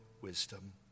wisdom